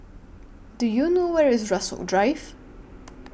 Do YOU know Where IS Rasok Drive